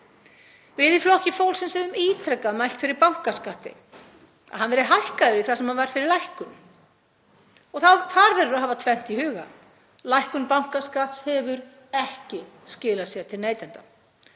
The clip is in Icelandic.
Við í Flokki fólksins höfum ítrekað mælt fyrir bankaskatti, að hann verði hækkaður í það sem hann var fyrir lækkun. Þar verður að hafa tvennt í huga. Lækkun bankaskatts hefur ekki skilað sér til neytenda